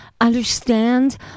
understand